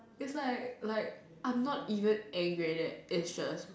it's like like I'm not even angry at that action